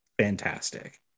fantastic